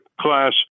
class